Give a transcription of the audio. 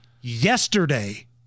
yesterday